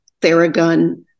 Theragun